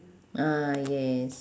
ah yes